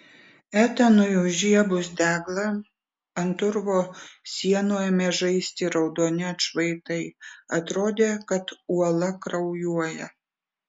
etanui užžiebus deglą ant urvo sienų ėmė žaisti raudoni atšvaitai atrodė kad uola kraujuoja